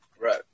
Right